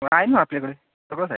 आहे ना आपल्याकडे सगळंच आहे